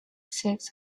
six